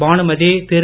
Bhanumathi Thiru